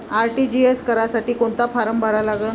RTGS करासाठी कोंता form भरा लागन?